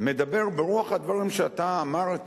מדבר ברוח הדברים שאתה אמרת,